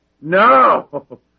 No